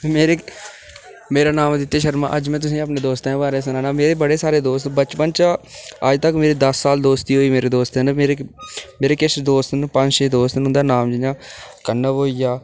मेरे मेरा नांऽ आदित्य शर्मा अज्ज में तुसें ई अपने दोस्तें दे बारे च सनान्ना मेरे बड़े सारे दोस्त बचपन चा अज्ज तगर मेरी दस्स साल दोस्ती होई मेरे दोस्तें नै मेरे मेरे किश दोस्त न पंज छे दोस्त उं'दा नांऽ जि'यां कनव होई गेआ